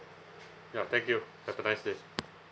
ya thank you have a nice day